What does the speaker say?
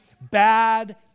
bad